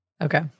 okay